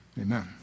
Amen